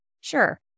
Sure